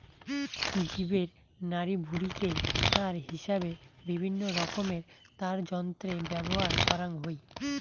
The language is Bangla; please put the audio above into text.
জীবের নাড়িভুঁড়িকে তার হিসাবে বিভিন্নরকমের তারযন্ত্রে ব্যবহার করাং হই